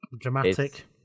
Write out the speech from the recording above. Dramatic